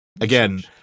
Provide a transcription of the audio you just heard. again